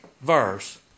verse